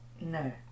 No